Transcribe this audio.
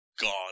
god